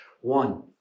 One